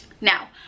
Now